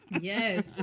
Yes